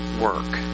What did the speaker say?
work